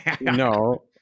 No